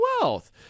wealth